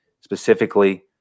Specifically